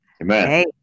Amen